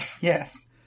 Yes